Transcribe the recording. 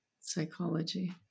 psychology